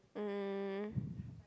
um